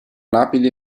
lapide